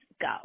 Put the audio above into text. go